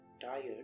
tired